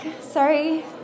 Sorry